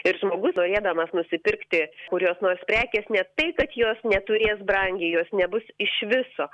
ir žmogus norėdamas nusipirkti kurios nors prekės ne tai kad jos neturės brangiai jos nebus iš viso